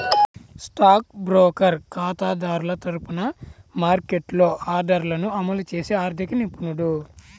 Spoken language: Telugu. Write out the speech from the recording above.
స్టాక్ బ్రోకర్ ఖాతాదారుల తరపున మార్కెట్లో ఆర్డర్లను అమలు చేసే ఆర్థిక నిపుణుడు